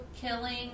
killing